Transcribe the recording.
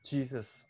Jesus